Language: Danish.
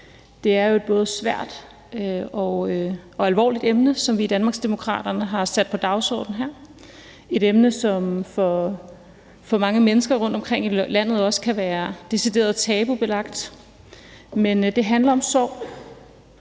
Det er jo et både svært og alvorligt emne, som vi i Danmarksdemokraterne har sat på dagsordenen her – et emne, som for mange mennesker rundtomkring i landet også kan være decideret tabubelagt, men det handler om sorg.